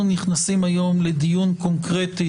אנחנו נכנסים היום לדיון קונקרטי